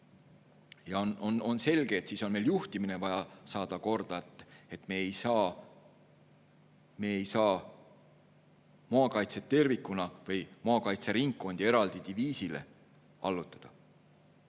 On selge, et siis on meil vaja juhtimine korda saada. Me ei saa maakaitset tervikuna või maakaitseringkondi eraldi diviisile allutada.